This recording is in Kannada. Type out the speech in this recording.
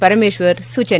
ಪರಮೇಶ್ವರ್ ಸೂಚನೆ